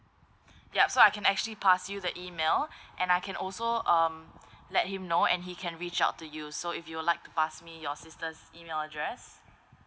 yup so I can actually pass you the email and I can also um let him know and he can reach out to you so if you would like to pass me your sister's email address